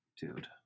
Dude